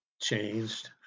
changed